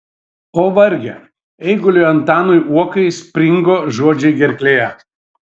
o varge eiguliui antanui uokai springo žodžiai gerklėje